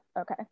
okay